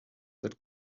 that